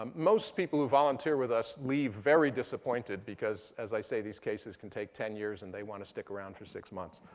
um most people who volunteer with us leave very disappointed, because as i say, these cases can take ten years and they want to stick around for six months.